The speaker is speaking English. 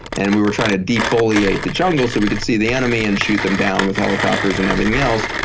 and we were trying to defoliate the jungle so we could see the enemy and shoot them down with helicopters and everything else.